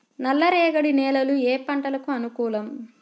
నల్లరేగడి నేలలు ఏ పంటలకు అనుకూలం?